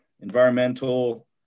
environmental